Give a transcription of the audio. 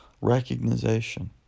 recognition